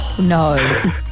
No